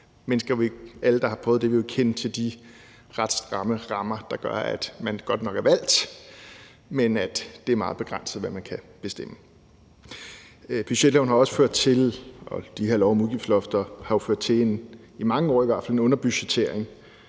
har – og alle, der har prøvet det, vil jo kende til de ret stramme rammer, der gør, at man godt nok er valgt, men at det er meget begrænset, hvad man kan bestemme. Budgetloven og de her love om udgiftslofter har også – i mange år i hvert fald – ført til en underbudgettering,